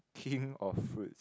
king of fruits